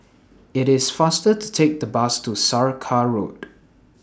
IT IS faster to Take The Bus to Saraca Road